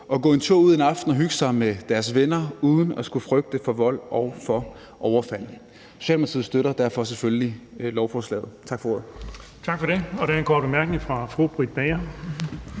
gå en tur ud en aften og hygge sig med deres venner uden at skulle frygte for vold og for overfald. Socialdemokratiet støtter derfor selvfølgelig lovforslaget. Tak for ordet. Kl. 11:35 Den fg. formand